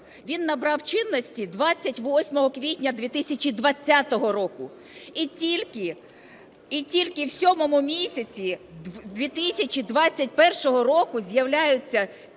Він набрав чинності 28 квітня 2020 року. І тільки в сьомому місяці 2021 року з'являються ті